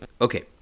okay